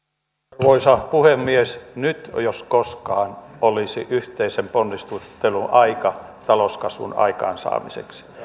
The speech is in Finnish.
arvoisa puhemies nyt jos koskaan olisi yhteisen ponnistelun aika talouskasvun aikaansaamiseksi